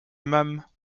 aimâmes